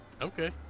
Okay